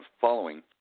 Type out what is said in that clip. following